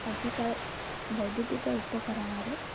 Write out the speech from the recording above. ଆଜିକା ବୈଦ୍ୟୁତିକ ଉପକରଣରେ